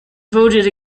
voted